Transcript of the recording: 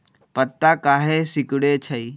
पत्ता काहे सिकुड़े छई?